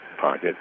pocket